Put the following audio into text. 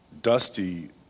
dusty